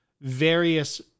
various